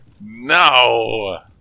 No